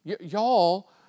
Y'all